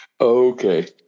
Okay